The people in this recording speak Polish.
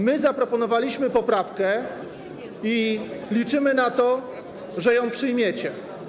My zaproponowaliśmy poprawkę i liczymy na to, że ją przyjmiecie.